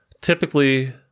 Typically